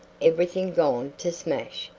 everything gone to smash.